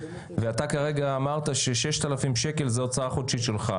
ואתה כרגע אמרת ש-6,000 שקלים זו הוצאה חודשית שלך.